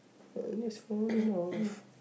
is falling off